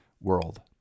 world